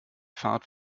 fahrt